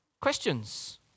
questions